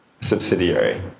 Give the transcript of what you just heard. subsidiary